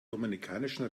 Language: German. dominikanischen